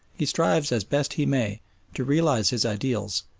he strives as best he may to realise his ideals,